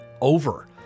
over